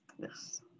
Yes